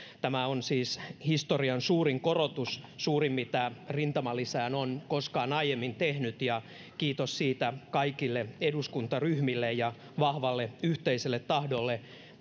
tämä on siis historian suurin korotus suurin mitä rintamalisään on koskaan aiemmin tehty ja kiitos siitä kaikille eduskuntaryhmille ja vahvalle yhteiselle tahdolle